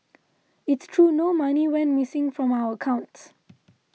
it's true no money went missing from our accounts